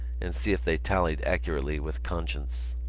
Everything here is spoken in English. and see if they tallied accurately with conscience.